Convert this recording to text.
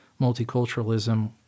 multiculturalism